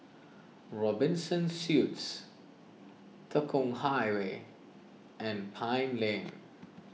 Robinson Suites Tekong Highway and Pine Lane